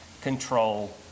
control